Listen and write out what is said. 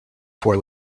four